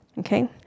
Okay